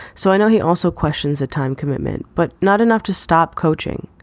so i know he also questions the time commitment, but not enough to stop coaching.